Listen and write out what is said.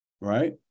right